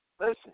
listen